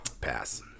Pass